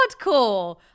hardcore